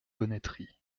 bonneterie